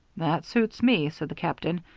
that suits me, said the captain.